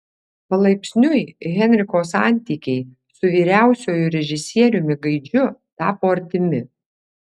palaipsniui henriko santykiai su vyriausiuoju režisieriumi gaidžiu tapo artimi